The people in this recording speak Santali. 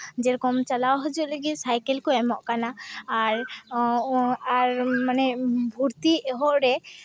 ᱡᱮᱨᱚᱠᱚᱢ ᱪᱟᱞᱟᱣ ᱦᱤᱡᱩᱜ ᱞᱟᱹᱜᱤᱫ ᱥᱟᱭᱠᱮᱞ ᱠᱚ ᱮᱢᱚᱜ ᱠᱟᱱᱟ ᱟᱨ ᱢᱟᱱᱮ ᱵᱷᱚᱨᱛᱤᱜ ᱦᱚᱲᱮ